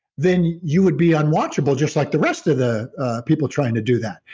then you would be unwatchable just like the rest of the people trying to do that.